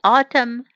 Autumn